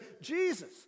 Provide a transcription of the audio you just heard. Jesus